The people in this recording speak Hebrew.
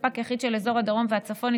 כספק היחיד של אזורי הדרום והצפון,